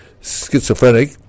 schizophrenic